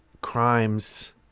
crimes